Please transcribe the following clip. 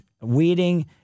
weeding